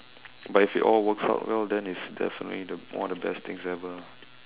but if it all works out well then it's definitely the one of the best things ever